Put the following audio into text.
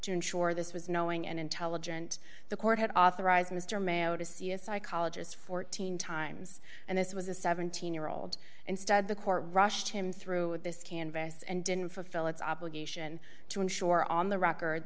to ensure this was knowing and intelligent the court had authorized mr mayo to see a psychologist fourteen times and this was a seventeen year old instead the court rushed him through with this canvass and didn't fulfill its obligation to ensure on the record